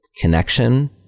connection